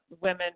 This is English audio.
women